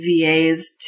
VAs